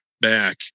back